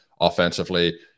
offensively